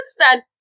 understand